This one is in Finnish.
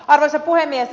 arvoisa puhemies